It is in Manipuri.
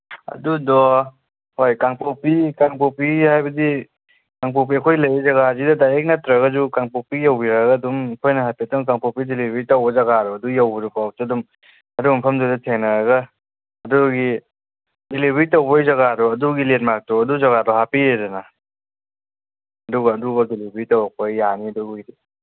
ꯑꯗꯨꯗꯣ ꯍꯣꯏ ꯀꯥꯡꯄꯣꯛꯄꯤ ꯀꯥꯡꯄꯣꯛꯄꯤꯒꯤ ꯍꯥꯏꯕꯗꯤ ꯀꯥꯡꯄꯣꯛꯄꯤ ꯑꯩꯈꯣꯏꯅ ꯂꯩꯔꯤꯕ ꯖꯒꯥꯁꯤꯗ ꯗꯥꯏꯔꯦꯛ ꯅꯠꯇ꯭ꯔꯒꯁꯨ ꯀꯥꯡꯄꯣꯛꯄꯤ ꯌꯧꯕꯤꯔꯒ ꯑꯗꯨꯝ ꯑꯩꯈꯣꯏꯅ ꯍꯥꯏꯐꯦꯠꯇꯪ ꯀꯥꯡꯄꯣꯛꯄꯤ ꯗꯤꯂꯤꯚꯔꯤ ꯇꯧꯕ ꯖꯒꯥꯗꯣ ꯑꯗꯨ ꯌꯧꯕꯗꯨ ꯐꯥꯎꯕꯇ ꯑꯗꯨꯝ ꯃꯐꯝꯗꯨꯗ ꯊꯦꯡꯅꯔꯒ ꯑꯗꯨꯒꯤ ꯗꯤꯂꯤꯚꯔꯤ ꯇꯧꯕꯒꯤ ꯖꯒꯥꯗꯣ ꯑꯗꯨꯒꯤ ꯂꯦꯟꯃꯥꯛꯇꯣ ꯑꯗꯨ ꯖꯒꯥꯗꯣ ꯍꯥꯞꯄꯤꯔꯦꯗꯅ ꯑꯗꯨꯒ ꯗꯤꯂꯤꯚꯔꯤ ꯇꯧꯔꯛꯄ ꯌꯥꯅꯤ ꯑꯗꯨꯒꯤꯗꯤ